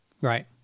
right